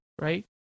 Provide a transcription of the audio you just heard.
right